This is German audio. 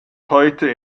heute